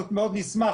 מאוד נשמח.